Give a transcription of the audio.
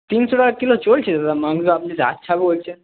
তিনশো টাকা কিলো চলছে দাদা মাংস আপনি আচ্ছা তো বলছেন